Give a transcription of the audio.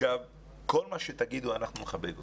כל מה שתגידו, אנחנו נכבד אתכם.